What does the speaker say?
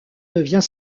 devient